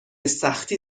سختی